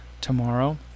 tomorrow